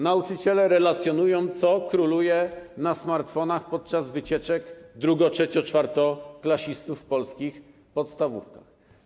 Nauczyciele relacjonują to, co króluje na smartfonach podczas wycieczek drugo-, trzecio- i czwartoklasistów w polskich podstawówkach.